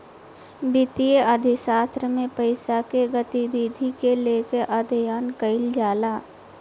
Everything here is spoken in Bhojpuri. वित्तीय अर्थशास्त्र में पईसा के गतिविधि के लेके अध्ययन कईल जाला